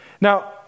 Now